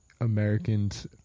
Americans